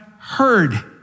heard